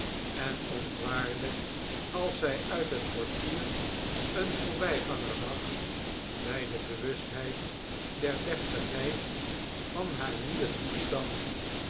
en ontwaarde als zij uit het portier een voorbijganger zag bij de bewustheid der deftigheid van haar nieuwen toestand